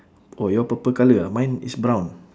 oh your purple colour ah mine is brown